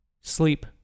sleep